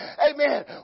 Amen